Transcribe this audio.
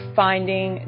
finding